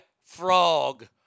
Frog